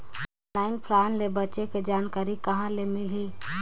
Online fraud ले बचे के जानकारी कहां ले मिलही?